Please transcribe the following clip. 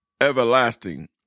everlasting